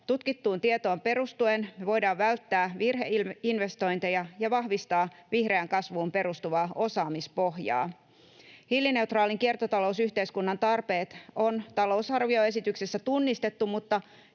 Tutkittuun tietoon perustuen me voidaan välttää virheinvestointeja ja vahvistaa vihreään kasvuun perustuvaa osaamispohjaa. Hiilineutraalin kiertotalousyhteiskunnan tarpeet on talousarvioesityksessä tunnistettu ja